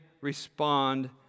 respond